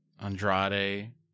Andrade